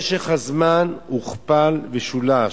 משך הזמן הוכפל ושולש.